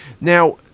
Now